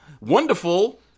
wonderful